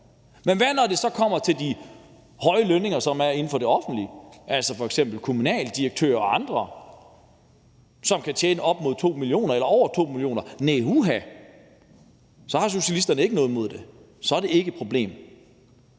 men hvad så, når det kommer til de høje lønninger inden for det offentlige, f.eks. kommunaldirektører og andre, som kan tjene over 2 mio. kr. om året? Så har socialisterne ikke noget imod det; så er det ikke et problem.